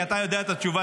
כי אתה יודע את התשובה,